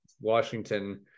Washington